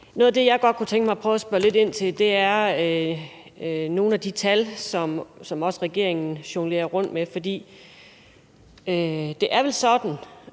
Det, som jeg godt kunne tænke mig at prøve at spørge lidt ind til, er nogle af de tal, som regeringen også jonglerer rundt med. For det er vel sådan,